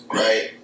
right